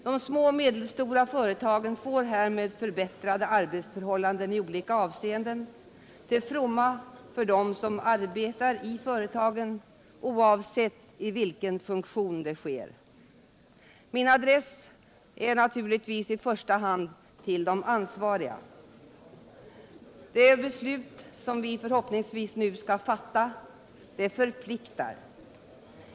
De små och medelstora företagen får härmed förbättrade arbetsförhållanden i olika avseenden, till fromma för dem som arbetar i företagen, oavsett i vilken funktion det sker. Min adress är naturligtvis i första hand till de ansvariga. Det beslut vi nu förhoppningsvis skall fatta förpliktar.